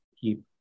keep